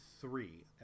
three